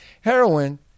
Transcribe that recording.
heroin